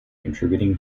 contributing